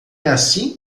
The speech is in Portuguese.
assim